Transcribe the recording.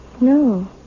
No